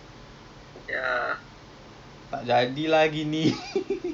ah macam nak baca buku berbual buku tapi